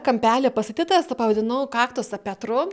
kampelyje pastatytas tą pavadinau kaktusą petru